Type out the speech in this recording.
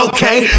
Okay